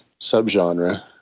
subgenre